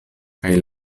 kaj